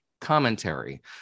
commentary